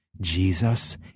Jesus